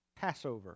passover